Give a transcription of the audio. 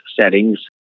settings